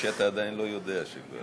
או שאתה עדיין לא יודע שכבר,